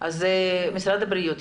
משרד הבריאות,